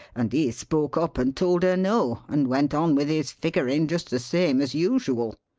and he spoke up and told her no, and went on with his figgerin' just the same as usual.